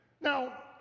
Now